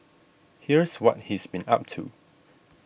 here's what he's been up to